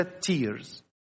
tears